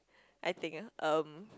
I think um